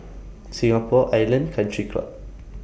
Singapore Island Country Club